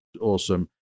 awesome